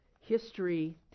history